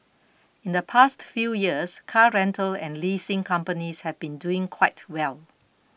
in the past few years car rental and leasing companies have been doing quite well